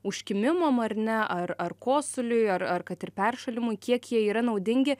užkimimam ar ne ar ar kosuliui ar ar kad ir peršalimui kiek jie yra naudingi